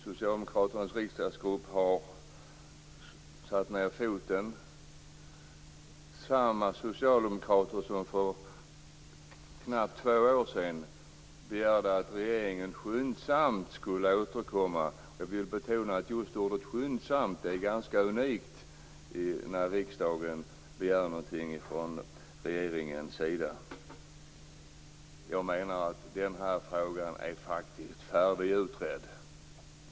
Socialdemokraternas riksdagsgrupp har satt ned foten, samma socialdemokrater som för knappt två år sedan begärde att regeringen skyndsamt skulle återkomma med förslag. Jag vill betona att just ordet skyndsamt är ganska unikt när riksdagen begär någonting från regeringens sida. Jag menar att den här frågan faktiskt är färdigutredd.